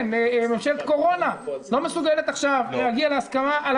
שממשלת הקורונה לא מסוגלת עכשיו להגיע להסכמה על